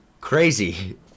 crazy